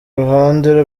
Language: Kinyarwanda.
ruhande